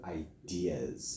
ideas